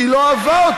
כי היא לא אהבה אותו.